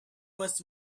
was